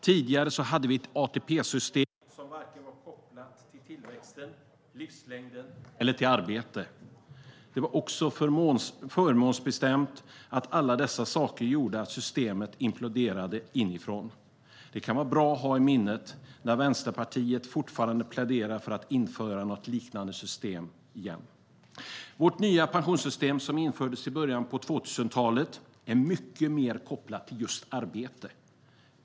Tidigare hade vi ett ATP-system som varken var kopplat till tillväxten, livslängden eller till arbete. Det var även förmånsbestämt, och allt detta gjorde att systemet imploderade inifrån. Det kan vara bra att ha i minnet eftersom Vänsterpartiet fortfarande pläderar för att införa något liknande system igen. Vårt nya pensionssystem som infördes i början av 2000-talet är mycket mer kopplat till just arbete.